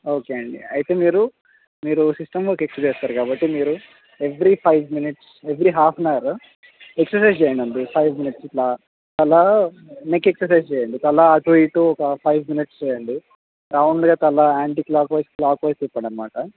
okay అండి అయితే మీరు మీరు సిస్టమ్ వర్క్ ఎక్కువ చేస్తారు కాబట్టి మీరు every five minutes every half an hour exercise చేయండి అంతే ఫైవ్ మినిట్స్ ఇట్లా మళ్ళీ నెక్ ఎక్సర్సైజ్స్ చేయండి తల అటు ఇటు ఒక ఫైవ్ మినిట్స్ చేయండి రౌండ్గా తల anticlockwise clockwise తిప్పండి అనమాట